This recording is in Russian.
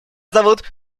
зовут